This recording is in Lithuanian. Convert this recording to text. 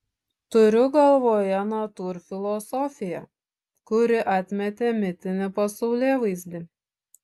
turiu galvoje natūrfilosofiją kuri atmetė mitinį pasaulėvaizdį